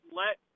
let